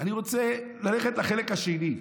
אני רוצה ללכת לחלק השני.